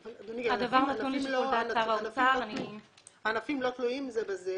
אדוני, הענפים לא תלויים זה בזה.